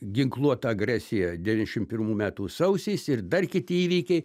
ginkluota agresija devynšim pirmų metų sausis ir dar kiti įvykiai